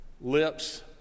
lips